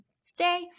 stay